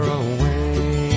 away